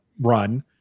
run